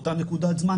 באותה נקודת זמן.